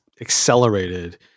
accelerated